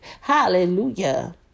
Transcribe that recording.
Hallelujah